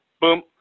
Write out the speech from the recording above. boom